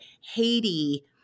Haiti